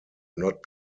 not